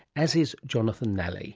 as is jonathan nally